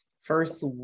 first